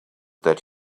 that